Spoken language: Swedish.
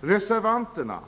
Reservanterna